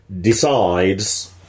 decides